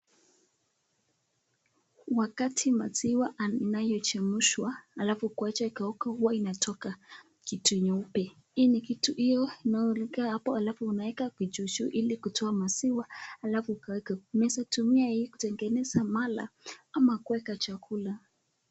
Wakati maziwa inayochemshwa alafu uwache kukauka huwa inatowa kitu nyeupe, hiyo unaweka kichushu ili kutowa maziwa alafu ikauke, unaweza tumia hii kutengeneza mala ama kuweka chakula.